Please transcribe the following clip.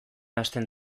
hasten